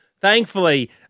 thankfully